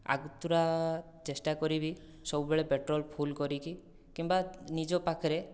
ଆଗତୁରା ଚେଷ୍ଟା କରିବି ସବୁବେଳେ ପେଟ୍ରୋଲ ଫୁଲ୍ କରିକି କିମ୍ବା ନିଜ ପାଖରେ